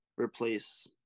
replace